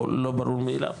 לא ברור מאליו.